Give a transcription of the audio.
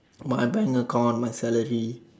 my bank account my salary